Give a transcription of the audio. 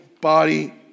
body